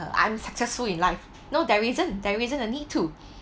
well I'm successful in life no there isn't there isn't a need to